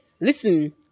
Listen